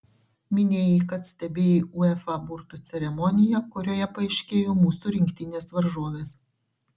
minėjai kad stebėjai uefa burtų ceremoniją kurioje paaiškėjo mūsų rinktinės varžovės